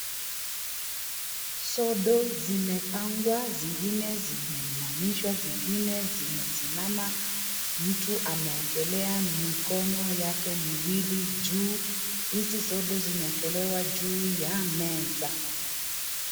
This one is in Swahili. Sodo zimepangwa, zingine zimeinamishwa, zingine zimesimama. Mtu amewekelea mikono yake miwili juu. Hizi sodo zimewekelewa juu ya meza.